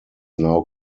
now